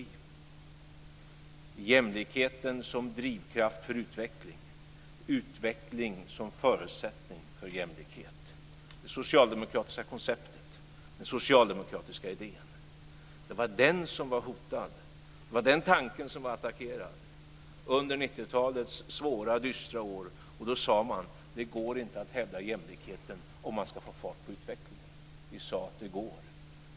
Det är jämlikheten som är drivkraft för utveckling, utveckling är en förutsättning för jämlikhet. Detta är det socialdemokratiska konceptet, den socialdemokratiska idén. Det var den tanken som var hotad, den tanken som var attackerad under 90-talets svåra dystra år. Då sades det: Det går inte att hävda jämlikheten om man ska få fart på utvecklingen. Vi sade att det går.